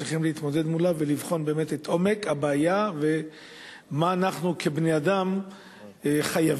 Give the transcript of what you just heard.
צריכים להתמודד מולה ולבחון את עומק הבעיה ומה אנחנו כבני-אדם חייבים